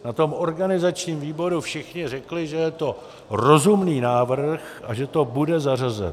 Na organizačním výboru všichni řekli, že je to rozumný návrh a že to bude zařazeno.